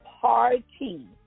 party